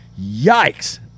Yikes